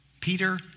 Peter